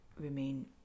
remain